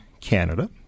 Canada